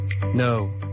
No